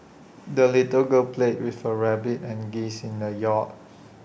the little girl played with her rabbit and geese in the yard